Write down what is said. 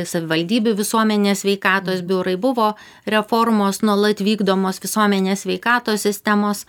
savivaldybių visuomenės sveikatos biurai buvo reformos nuolat vykdomos visuomenės sveikatos sistemos